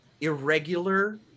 irregular